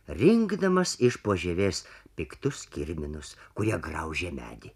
rinkdamas iš po žievės piktus kirminus kurie graužia medį